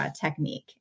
technique